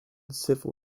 civil